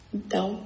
Então